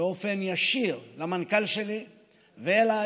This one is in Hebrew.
באופן ישיר למנכ"ל שלי ואליי.